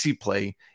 play